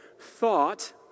thought